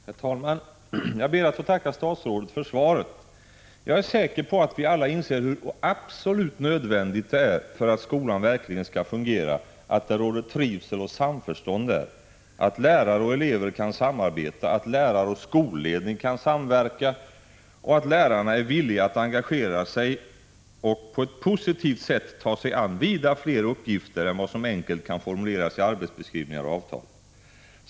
Herr talman! Jag ber att få tacka statsrådet för svaret. Jag är säker på att vi alla inser hur absolut nödvändigt det är för att skolan 101 verkligen skall fungera, att det råder trivsel och samförstånd där, att lärare och elever kan samarbeta, att lärare och skolledning kan samverka och att lärarna är villiga att engagera sig och på ett positivt sätt ta sig an vida fler uppgifter än vad som enkelt kan formuleras i arbetsbeskrivningar och avtal.